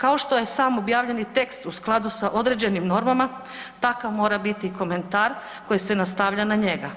Kao što je sam objavljeni tekst u skladu s određenim normama, takav mora biti komentar koji se nastavlja na njega.